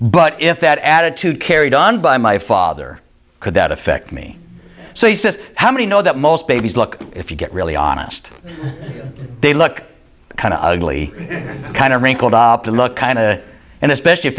but if that attitude carried on by my father could that affect me so he says how many know that most babies look if you get really honest they look kind of ugly kind of wrinkled up to look and especially if